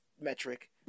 metric